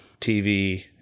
TV